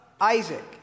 Isaac